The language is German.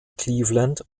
cleveland